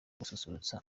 gususurutsa